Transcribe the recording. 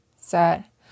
set